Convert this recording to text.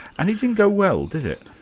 and it didn't go well, did it?